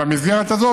במסגרת הזאת,